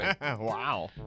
Wow